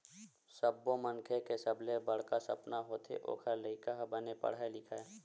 सब्बो मनखे के सबले बड़का सपना होथे ओखर लइका ह बने पड़हय लिखय